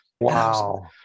Wow